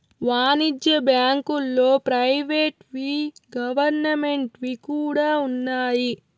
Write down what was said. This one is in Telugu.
వాణిజ్య బ్యాంకుల్లో ప్రైవేట్ వి గవర్నమెంట్ వి కూడా ఉన్నాయి